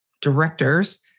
directors